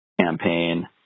campaign